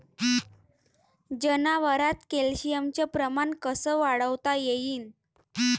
जनावरात कॅल्शियमचं प्रमान कस वाढवता येईन?